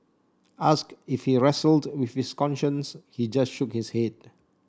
asked if he wrestled with his conscience he just shook his head